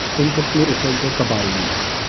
in kashmir, it was the kabilis,